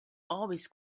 always